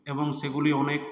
এবং সেগুলি অনেক